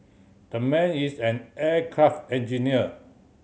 that man is an aircraft engineer